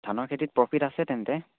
ধানৰ খেতিত প্ৰফিট আছে তেন্তে